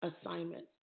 assignment